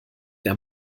der